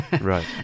Right